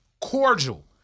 cordial